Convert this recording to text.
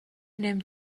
نمی